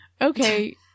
Okay